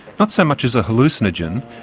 not so much as a hallucinogen.